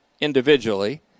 individually